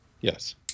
Yes